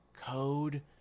code